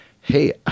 hey